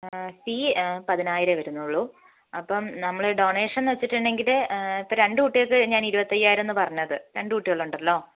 ഫീ പതിനായിരമേ വരുന്നുള്ളു അപ്പം നമ്മൾ ഡൊണേഷൻ എന്ന് വച്ചിട്ടുണ്ടെങ്കിൽ ഇപ്പം രണ്ട് കുട്ടികൾക്ക് ഞാൻ ഇരുപത്തയ്യായിരം എന്ന് പറഞ്ഞത് രണ്ട് കുട്ടികളുണ്ടല്ലോ